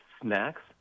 snacks